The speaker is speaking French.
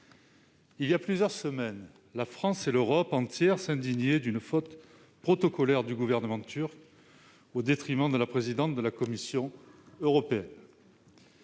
Voilà plusieurs semaines, la France et l'Europe entière s'indignaient d'une faute protocolaire commise par le gouvernement turc au détriment de la présidente de la Commission européenne.